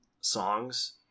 songs